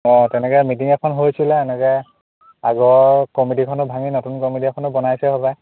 অঁ তেনেকৈ মিটিং এখন হৈছিলে এনেকৈ আগৰ কমিটিখনো ভাঙি নতুন কমিটি এখনো বনাইছে হ'পায়